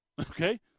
okay